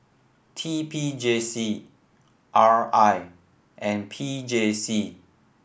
T P J C R I and P J C